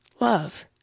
Love